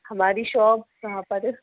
ہماری شاپ کہاں پر